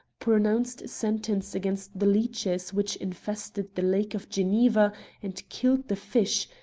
pronounced sentence against the leeches which infested the lake of geneva and killed the fish,